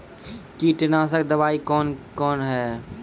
कीटनासक दवाई कौन कौन हैं?